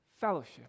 fellowship